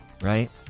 Right